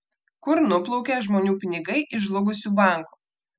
kur nuplaukė žmonių pinigai iš žlugusių bankų